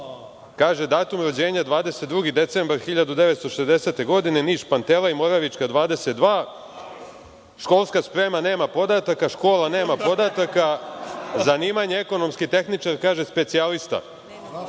Kaže: „Datum rođenja 22. decembar 1960. godine, Niš, Pantelej, Moravička 22, školska sprema - nema podataka, škola – nema podataka, zanimanje – ekonomski tehničar, specijalista.